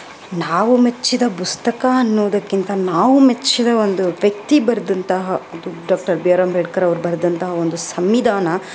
ನಾವು ಮೆಚ್ಚಿದ ಪುಸ್ತಕ ಅನ್ನೋದಕ್ಕಿಂತ ನಾವು ಮೆಚ್ಚಿದ ಒಂದು ವ್ಯಕ್ತಿ ಬರೆದಂತಹ ಡಾಕ್ಟರ್ ಬಿ ಆರ್ ಅಂಬೇಡ್ಕರ್ ಅವ್ರು ಬರೆದಂತಹ ಒಂದು ಸಂವಿಧಾನ